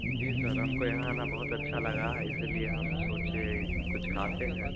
जी sir हमको यहाँ आना बहुत अच्छा लगा इसीलिए हम सोचे कुछ खाते हैं